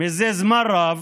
זה זמן רב